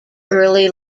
early